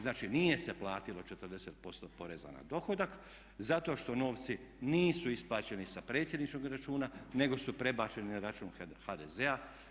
Znači, nije se platilo 40% poreza na dohodak zato što novci nisu isplaćeni sa predsjedničinog računa, nego su prebačeni na račun HDZ-a.